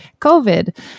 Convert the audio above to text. COVID